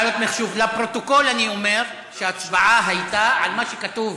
לפרוטוקול אני אומר שההצבעה הייתה על מה שכתוב